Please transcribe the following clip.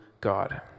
God